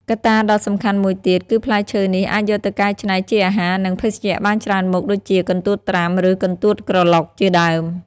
កត្តាដ៏សំខាន់មួយទៀត គឺផ្លែឈើនេះអាចយកទៅកែច្នៃជាអាហារ និងភេសជ្ជៈបានច្រើនមុខ ដូចជា កន្ទួតត្រាំ ឬ កន្ទួតក្រឡុក ជាដើម។